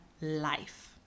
life